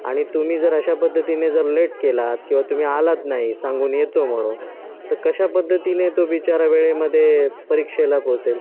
आणि तुम्ही जर अशा पद्धतीने जर लेट केलात किंवा तुम्ही आलात नाही सांगून येतो म्हणून तर कशा पद्धतीने तो बिचारा वेळेमध्ये परीक्षेला पोहचेल